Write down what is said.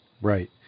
Right